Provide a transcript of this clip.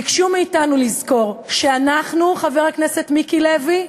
ביקשו מאתנו לזכור שאנחנו, חבר הכנסת מיקי לוי,